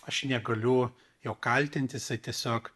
aš negaliu jo kaltinti jisai tiesiog